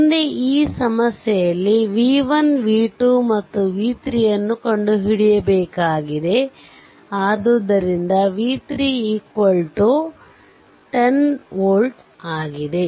ಮುಂದೆ ಈ ಸಮಸ್ಯೆಯಲ್ಲಿ v1 v2 ಮತ್ತು v3 ಯನ್ನು ಕಂಡುಹಿಡಿಯಬೇಕಾಗಿದೆ ಆದ್ದರಿಂದ v3 10 volt ಆಗಿದೆ